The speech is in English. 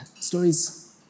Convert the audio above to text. Stories